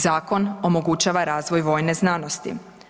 Zakon omogućava razvoj vojne znanosti.